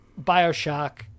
bioshock